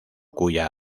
cuya